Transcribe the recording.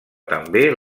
també